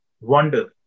wonder